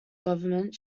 government